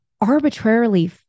Arbitrarily